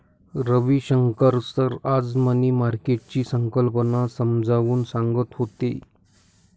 Ravishankar sir आज money मार्केटची संकल्पना समजावून सांगत होते